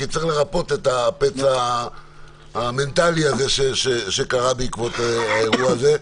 כי צריך לרפא את הפצע המנטלי הזה שקרה בעקבות האירוע הזה.